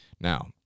Now